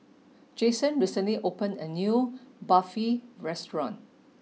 Jaxon recently opened a new Barfi Restaurant